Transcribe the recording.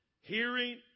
hearing